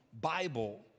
Bible